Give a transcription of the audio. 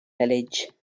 village